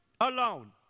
alone